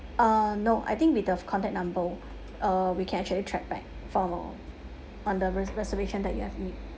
uh no I think with the contact number uh we can actually track back for on the reser~ reservation that you have made